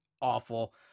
awful